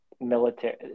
military